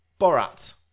Borat